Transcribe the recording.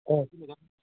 ఆ